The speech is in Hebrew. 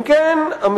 אם כן,